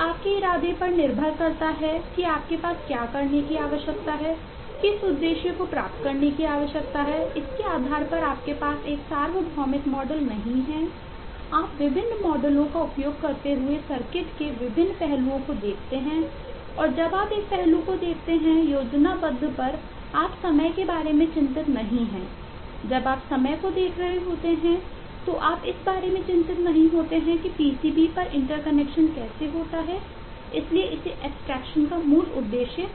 यह आपके इरादे पर निर्भर करता है कि आपके पास क्या करने की आवश्यकता है किस उद्देश्य को प्राप्त करने की आवश्यकता है इसके आधार पर आपके पास एक सार्वभौमिक मॉडल नहीं है आप विभिन्न मॉडलों का उपयोग करते हुए सर्किट का मूल उद्देश्य